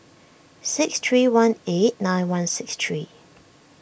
six three one eight nine one six three